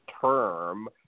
term